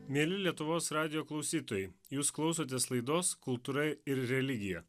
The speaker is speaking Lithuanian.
mieli lietuvos radijo klausytojai jūs klausotės laidos kultūra ir religija